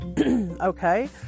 okay